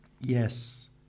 yes